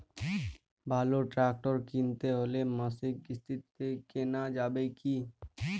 ভালো ট্রাক্টর কিনতে হলে মাসিক কিস্তিতে কেনা যাবে কি?